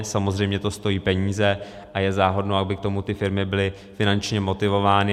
Samozřejmě to stojí peníze a je záhodno, aby k tomu ty firmy byly finančně motivovány.